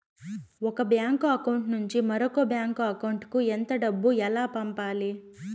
ఒక bank account నుంచి మరొక బ్యాంకు అకౌంట్ కు ఎంత డబ్బు ఎలా పంపాలి